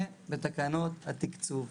זה בתקנות התקצוב.